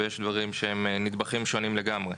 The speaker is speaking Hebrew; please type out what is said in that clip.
ויש דברים שהם נדבכים שונים לגמרי.